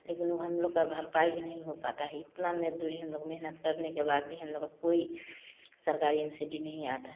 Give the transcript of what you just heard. लेकिन वो हम लोग का भरपाई नहीं हो पता है इतना मजदूरी हम लोग मेहनत करने के बाद भी हम लोग कोई सरकारी एम सी डी नहीं आता है